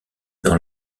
dans